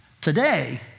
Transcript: Today